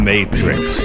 Matrix